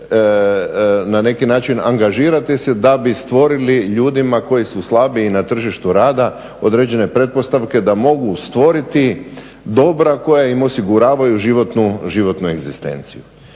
na neki način angažirati se da bi stvorili ljudima koji su slabiji na tržištu rada određene pretpostavke da mogu stvoriti dobra koja im osiguravaju životnu egzistenciju.